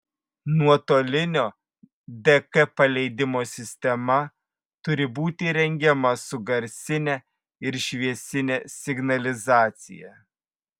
nuotolinio dk paleidimo sistema turi būti įrengiama su garsine ir šviesine signalizacija